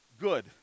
good